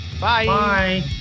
Bye